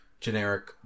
generic